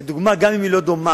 לדוגמה, גם אם היא לא דומה,